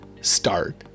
start